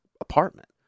apartment